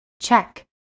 Check